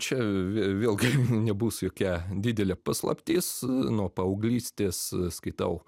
čia vė vėlgi nebus jokia didelė paslaptis nuo paauglystės skaitau